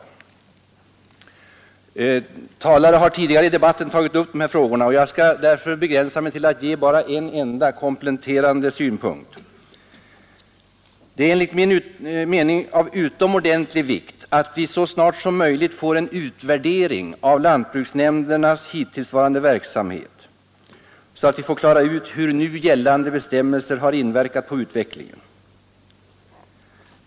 Dessa frågor har tagits upp av talare tidigare i debatten, och jag skall därför begränsa mig till att anföra bara en enda kompletterande synpunkt. Det är enligt min mening av utomordentlig vikt att vi så snart som möjligt får en utvärdering av lantbruksnämndernas hittillsvarande verksamhet så att vi kan klara ut hur nu gällande bestämmelser har inverkat på utvecklingen.